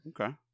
Okay